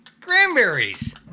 Cranberries